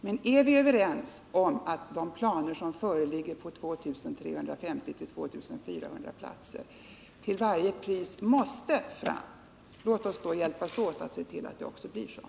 Men är vi överens om att 2 350-2 400 platser till varje pris måste fram, låt oss då hjälpas åt att se till att de också kommer fram.